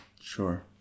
Sure